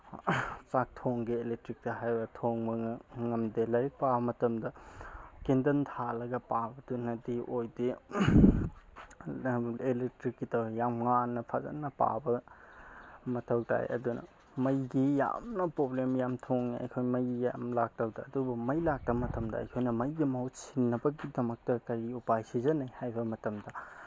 ꯆꯥꯛ ꯊꯣꯡꯒꯦ ꯑꯦꯂꯦꯛꯇ꯭ꯔꯤꯛꯇ ꯍꯥꯏꯔꯦ ꯊꯣꯡꯕ ꯉꯝꯗꯦ ꯂꯥꯏꯔꯤꯛ ꯄꯥꯕ ꯃꯇꯝꯗ ꯀꯦꯟꯗꯜ ꯊꯥꯜꯂꯒ ꯄꯥꯕꯗꯨꯅꯗꯤ ꯑꯣꯏꯗꯦ ꯑꯗꯨꯅ ꯑꯦꯂꯦꯛꯇ꯭ꯔꯤꯛꯀꯤ ꯇꯧꯔꯒ ꯌꯥꯝ ꯉꯥꯟꯅ ꯐꯖꯅ ꯄꯥꯕ ꯃꯊꯧ ꯇꯥꯏ ꯑꯗꯨꯅ ꯃꯩꯒꯤ ꯌꯥꯝꯅ ꯄ꯭ꯔꯣꯕ꯭ꯂꯦꯝ ꯌꯥꯝꯅ ꯊꯨꯡꯑꯦ ꯑꯩꯈꯣꯏ ꯃꯩ ꯌꯥꯝ ꯂꯥꯛꯇꯕꯗ ꯑꯗꯨꯕꯨ ꯃꯩ ꯂꯥꯛꯇ ꯃꯇꯝꯗ ꯑꯩꯈꯣꯏꯅ ꯃꯩꯒꯤ ꯃꯍꯨꯠ ꯁꯤꯟꯅꯕꯒꯤꯗꯃꯛꯇ ꯀꯔꯤ ꯎꯄꯥꯏ ꯁꯤꯖꯟꯅꯩ ꯍꯥꯏꯕ ꯃꯇꯝꯗ